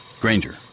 Granger